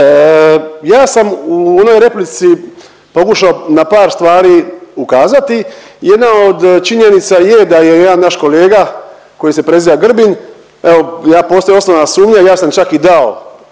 ja sam u onoj replici pokušao na par stvari ukazati, jedna od činjenica je da je jedan naš kolega koji se preziva Grbin evo … osnovna sumnja ja sam čak i dao